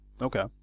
okay